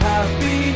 Happy